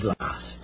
last